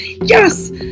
yes